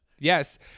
yes